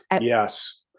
yes